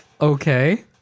Okay